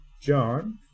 John